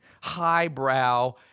highbrow